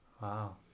Wow